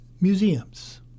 Museums